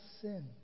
sin